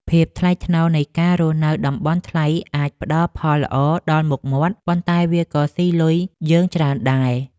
ភាពថ្លៃថ្នូរនៃការរស់នៅតំបន់ថ្លៃអាចផ្តល់ផលល្អដល់មុខមាត់ ប៉ុន្តែវាក៏ស៊ីលុយយើងច្រើនដែរ។